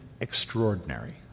extraordinary